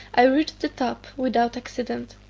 i reached the top, without accident.